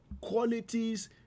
qualities